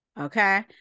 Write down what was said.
Okay